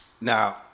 Now